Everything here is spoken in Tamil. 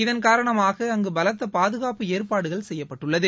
இதன் காரணமாக அங்கு பலத்த பாதுகாப்பு ஏற்பாடுகள் செய்யப்பட்டுள்ளது